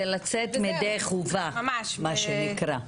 זה לצאת ידי חובה, מה שנקרא.